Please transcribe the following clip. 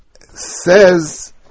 says